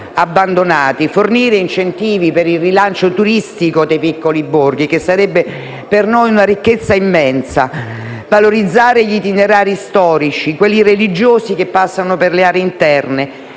abbandonati, fornire incentivi per il rilancio turistico dei piccoli borghi (che sarebbe per noi una ricchezza immensa), valorizzare gli itinerari storici e quelli religiosi, che passano per le aree interne;